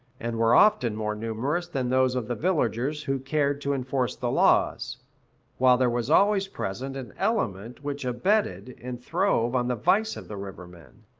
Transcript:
and were often more numerous than those of the villagers who cared to enforce the laws while there was always present an element which abetted and throve on the vice of the river-men.